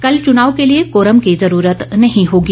कल चुनाव के लिए कोरम की जुरूरत नहीं होगी